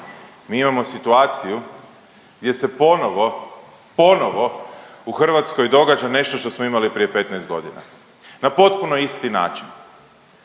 Mi imamo situaciju gdje se ponovo, ponovo u Hrvatskoj događa nešto što smo imali prije 15 godina, na potpuno isti način.